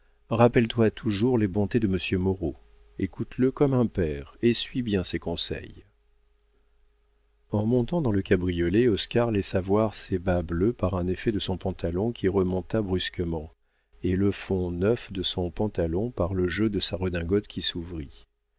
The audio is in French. rappelle-toi toujours les bontés de monsieur moreau écoute-le comme un père et suis bien ses conseils en montant dans le cabriolet oscar laissa voir ses bas bleus par un effet de son pantalon qui remonta brusquement et le fond neuf de son pantalon par le jeu de sa redingote qui s'ouvrit